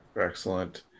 Excellent